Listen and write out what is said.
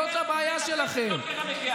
אתם חייבים ללמוד יהדות, זאת הבעיה שלכם.